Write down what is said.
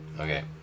Okay